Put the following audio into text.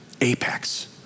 apex